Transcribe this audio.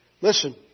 Listen